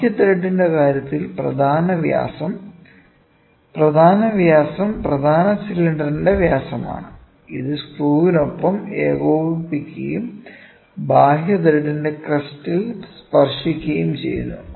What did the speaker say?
ബാഹ്യ ത്രെഡിന്റെ കാര്യത്തിൽ പ്രധാന വ്യാസം പ്രധാന വ്യാസം പ്രധാന സിലിണ്ടറിന്റെ വ്യാസമാണ് ഇത് സ്ക്രൂവിനൊപ്പം ഏകോപിപ്പിക്കുകയും ബാഹ്യ ത്രെഡിന്റെ ക്രെസ്റ്റിൽ സ്പർശിക്കുകയും ചെയ്യുന്നു